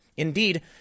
Indeed